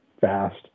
fast